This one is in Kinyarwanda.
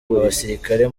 abasirikare